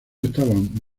estaban